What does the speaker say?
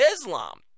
Islam